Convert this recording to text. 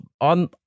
on